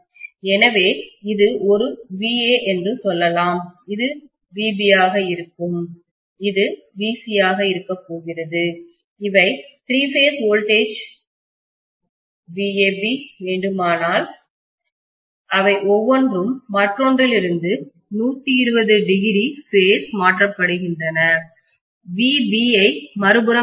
எனவே இது ஒரு vA என்று சொல்லலாம் இது vB ஆக இருக்கும் இது vC ஆக இருக்கப்போகிறது இவை திரி பேஸ் வோல்டேஜ்மின்னழுத்தங்கள் vAB வேண்டுமானால் அவை ஒவ்வொன்றும் மற்றொன்று லிருந்து 120o பேஸ் மாற்றப்படுகின்றன vB ஐ மறுபுறம் எடுக்கலாம்